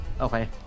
Okay